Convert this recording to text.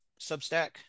Substack